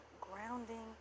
grounding